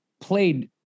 played